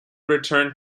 returned